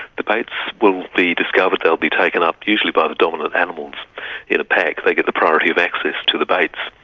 the baits will be discovered, they'll be taken up usually by the dominant animals in a pack, they get the priority of access to the baits.